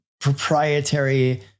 proprietary